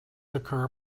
occur